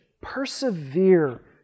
Persevere